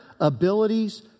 abilities